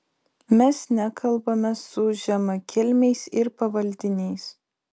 mes nekalbame su žemakilmiais ir pavaldiniais